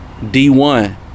D1